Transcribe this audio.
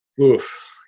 Oof